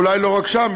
ואולי לא רק שם,